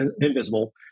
invisible